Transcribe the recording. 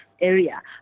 area